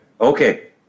Okay